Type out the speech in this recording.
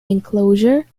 enclosure